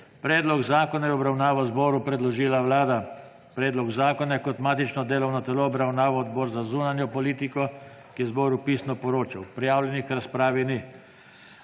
Predlog zakona je v obravnavo zboru predložila Vlada. Predlog zakona je kot matično delo obravnaval Odbor za zunanjo politiko, ki je zboru pisno poročal. Prijavljenih k razpravi ni.